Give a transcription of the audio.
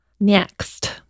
Next